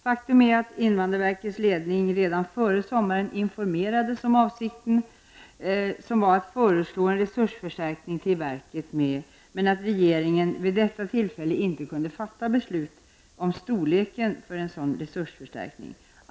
Faktum är att invandrarverkets ledning redan före sommaren informerades om att avsikten var att föreslå en resursförstärkning till verket men att regeringen vid detta tillfälle inte kunde fatta beslut om storleken på en sådan resursförstärkning.